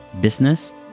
business